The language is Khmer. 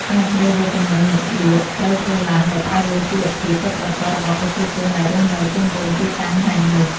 ការជ្រើសរើសទំនិញមកលក់ត្រូវធ្វើឡើងដោយផ្អែកលើជីវភាពពិតប្រាកដរបស់ប្រជាជនដែលរស់នៅជុំវិញទីតាំងហាងនោះ។